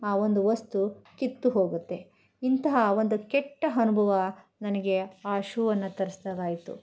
ಆ ಒಂದು ವಸ್ತು ಕಿತ್ತು ಹೋಗುತ್ತೆ ಇಂತಹ ಒಂದು ಕೆಟ್ಟ ಅನುಭವ ನನಗೆ ಆ ಶೂವನ್ನು ತರಿಸ್ದಾಗ ಆಯ್ತು